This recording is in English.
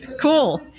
Cool